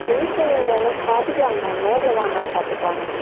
fees எல்லாம் பார்த்துக்கலாங்க ma'am நேரில் வாங்க பார்த்துக்கலாங்க